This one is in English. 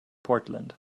portland